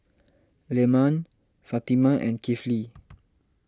Leman Fatimah and Kifli